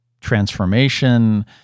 transformation